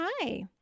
hi